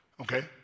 okay